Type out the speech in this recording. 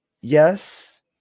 yes